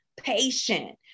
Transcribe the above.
patient